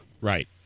Right